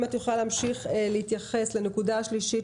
אם את יכולה להמשיך להתייחס לנקודה השלישית